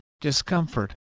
discomfort